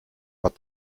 but